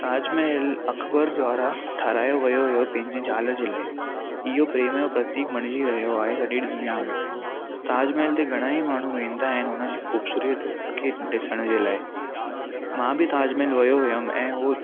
ताजमहल अकबर द्वारां ठारायो वयो हुयो पंहिंजी ज़ाल जे लाइ इहो प्रेमु जो प्रतीकु मञिजी रहियो आहे सॼी दुनिया में ताजमहल ते घणई माण्हू वेंदा आहिनि हुन जी खू़बसूरती खे ॾिसण जे लाइ मां बि ताजमहल वयो हुयमि ऐं हू